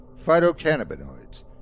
phytocannabinoids